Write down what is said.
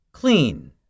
Clean